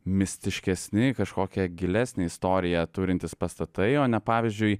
mistiškesni kažkokią gilesnę istoriją turintys pastatai o ne pavyzdžiui